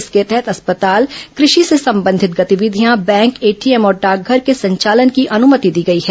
इसके तहत अस्पताल कृषि से संबंधित गतिविधिया बैंक एटीएम और डाकघर के संचालन की अनुमति दी गई है